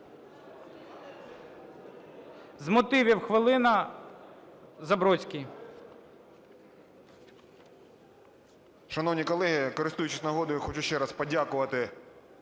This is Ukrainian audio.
З мотивів хвилина, Забродський.